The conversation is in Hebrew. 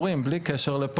מקיימים מסגרות